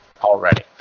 already